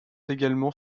également